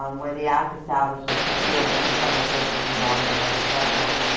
um where the act establishes support for federal cases involving elder justice.